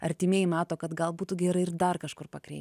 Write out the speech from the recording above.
artimieji mato kad gal būtų gerai ir dar kažkur pakreipt